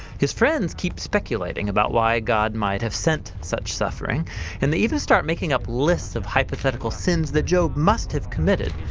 his friends keep speculating about why god might have sent such suffering and even start making up lists of hypothetical sins that job must have committed.